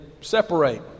separate